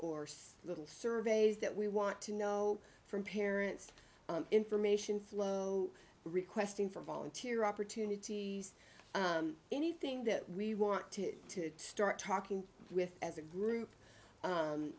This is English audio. orse little surveys that we want to know from parents information flow requesting for volunteer opportunities anything that we want to start talking with as a group